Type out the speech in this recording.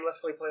play